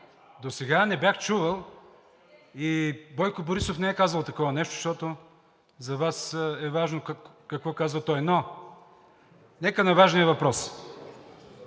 Досега не бях чувал и Бойко Борисов не е казвал такова нещо, защото за Вас е важно какво казва той. Но нека на важния въпрос.